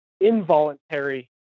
involuntary